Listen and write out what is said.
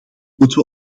moeten